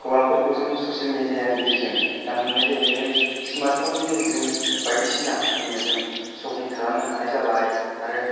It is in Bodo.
खौरांफोरखौ जों ससियेल मिडिया नि गेजेरजों दा मोन्नाय जायो जेरै स्मार्तफन नि गेजेरजों बायदिसिना जोङो शपिं खालामनो हानाय जाबाय आरो